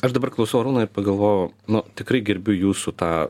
aš dabar klausau arūno ir pagalvojau nu tikrai gerbiu jūsų tą